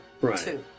right